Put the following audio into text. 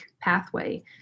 pathway